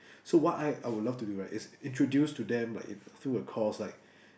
so what I I would love to do right is introduce to them like in through a course like